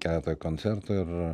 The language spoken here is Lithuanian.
keletą koncertų ir